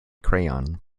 crayon